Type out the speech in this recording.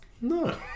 no